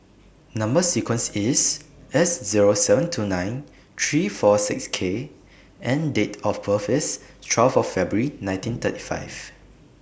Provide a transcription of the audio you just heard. Number sequence IS S Zero seven two nine three four six K and Date of birth IS twelve February nineteen thirty five